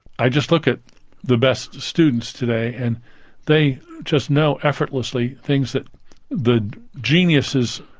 i just look at the best students today, and they just know effortlessly things that the geniuses,